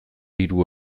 diru